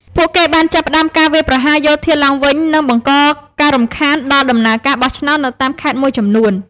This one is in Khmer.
ពួកគេបានចាប់ផ្ដើមការវាយប្រហារយោធាឡើងវិញ និងបង្កការរំខានដល់ដំណើរការបោះឆ្នោតនៅតាមខេត្តមួយចំនួន។